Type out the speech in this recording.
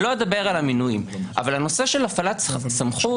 אני לא אדבר על המינויים אבל הנושא של הפעלת סמכות,